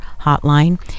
hotline